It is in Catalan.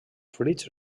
fruits